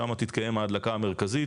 שמה תתקיים ההדלקה המרכזית,